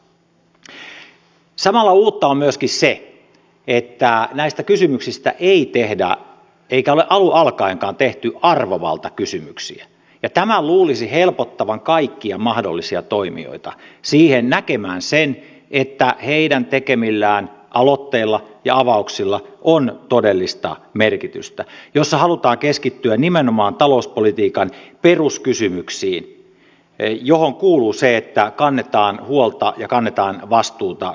samalla uutta on myöskin se että näistä kysymyksistä ei tehdä eikä ole alun alkaenkaan tehty arvovaltakysymyksiä ja tämän luulisi helpottavan kaikkia mahdollisia toimijoita näkemään sen että heidän tekemillään aloitteilla ja avauksilla on todellista merkitystä jossa halutaan keskittyä nimenomaan talouspolitiikan peruskysymyksiin joihin kuuluu se että kannetaan huolta ja kannetaan vastuuta kokonaisuuksista